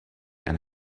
and